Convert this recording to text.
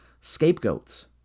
scapegoats